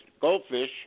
Goldfish